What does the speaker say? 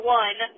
one